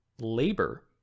labor